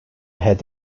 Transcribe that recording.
had